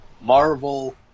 Marvel